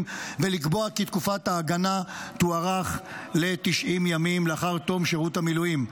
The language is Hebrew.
ולקבוע כי תקופת ההגנה תוארך ל-90 ימים לאחר תום שירות המילואים.